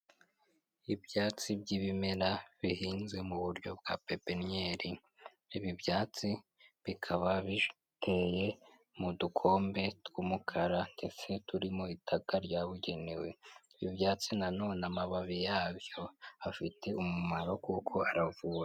Ibyatsi by'ibimera bihinze mu buryo bwa pepennyeri, ibi byatsi bikaba biteye mu dukombe tw'umukara ndetse turimo itaka ryabugenewe, ibyo byatsi nanone amababi yabyo afite umumaro kuko aravura.